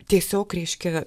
tiesiog reiškia